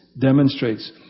demonstrates